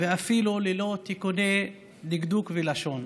ואפילו ללא תיקוני דקדוק ולשון,